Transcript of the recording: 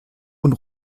und